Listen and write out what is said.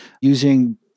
using